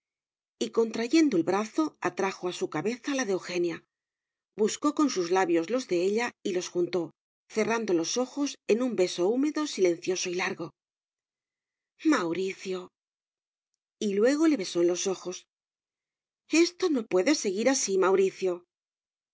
y contrayendo el brazo atrajo a su cabeza la de eugenia buscó con sus labios los de ella y los juntó cerrando los ojos en un beso húmedo silencioso y largo mauricio y luego le besó en los ojos esto no puede seguir así mauricio